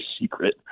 secret